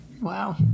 wow